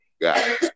got